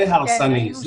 זה הרסני.